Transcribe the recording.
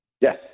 Yes